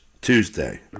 Tuesday